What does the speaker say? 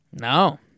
No